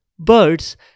Birds